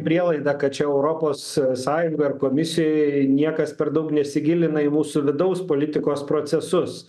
prielaidą kad čia europos sąjungoj ar komisijoj niekas per daug nesigilina į mūsų vidaus politikos procesus